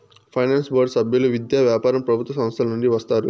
finance board సభ్యులు విద్య, వ్యాపారం ప్రభుత్వ సంస్థల నుండి వస్తారు